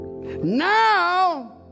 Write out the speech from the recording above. Now